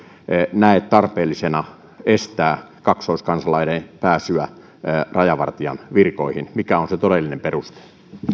näe tarpeellisena estää kaksoiskansalaisten pääsyä rajavartijan virkoihin mikä on se todellinen peruste